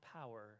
power